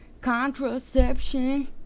contraception